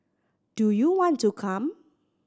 do you want to come